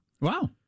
Wow